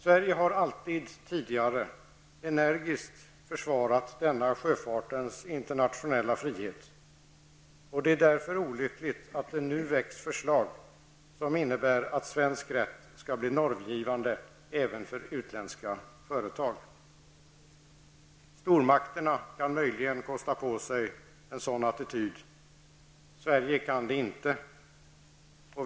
Sverige har alltid tidigare energiskt försvarat denna sjöfartens internationella frihet, och det är därför olyckligt att det väcks förslag som innebär att svensk rätt skall bli normgivande även för utländska företag. Stormakterna kan möjligen kosta på sig en sådan attityd, men Sverige kan det inte.